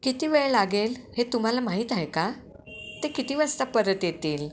किती वेळ लागेल हे तुम्हाला माहीत आहे का ते किती वाजता परत येतील